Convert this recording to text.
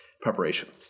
Preparation